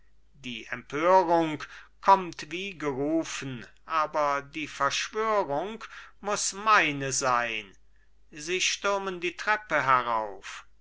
die empörung kommt wie gerufen aber die verschwörung muß meine sein sie stürmen die treppe herauf